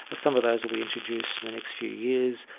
some of those will be introduced in the next few years,